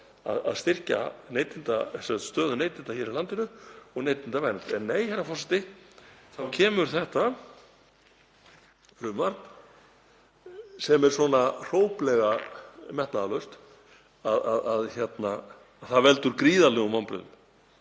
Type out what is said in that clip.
að styrkja stöðu neytenda í landinu og neytendavernd. En nei, herra forseti, þá kemur þetta frumvarp sem er svo hróplega metnaðarlaust að það veldur gríðarlegum vonbrigðum.